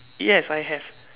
yes I have